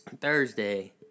Thursday